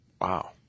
Wow